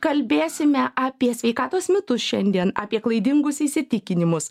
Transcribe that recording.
kalbėsime apie sveikatos mitus šiandien apie klaidingus įsitikinimus